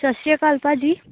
ਸਤਿ ਸ਼੍ਰੀ ਅਕਾਲ ਭਾਅ ਜੀ